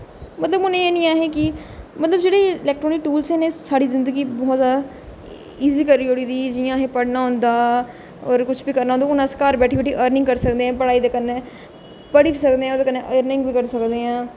मतलब उ'नेंगी एह नेईं ऐ अहें कि मतलब जेह्ड़े एल्कट्रानिक टूल्स न एह् साढ़ी जिंदगी गी बहूत ज्यादा ईजी करी ओड़ी दी जियां असें पढ़ना होंदा होर कुछ बी करना होंदा हून अस घर बैठी बैठी अर्निंग करी सकदे पढ़ाई दे कन्नै पढ़ी बी सकने आं ओह्दे कन्नै अर्निंग बी करी सकदे आं